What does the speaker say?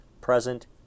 Present